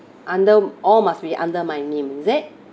under all must be under my name is it